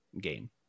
game